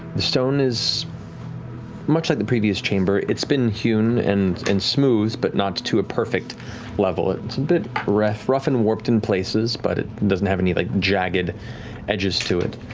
the stone is much like the previous chamber, it's been hewn and and smoothed, but not to a perfect level. it's a bit rough rough and warped in places, but it doesn't have any like jagged edges to it.